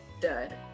dud